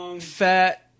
Fat